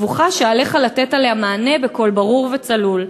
מבוכה שעליך לתת עליה מענה בקול ברור וצלול.